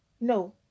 no